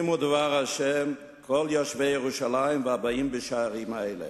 שמעו דבר ה' כל יושבי ירושלים והבאים בשערים האלה.